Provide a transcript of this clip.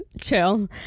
chill